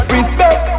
Respect